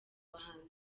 bahanzi